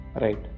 Right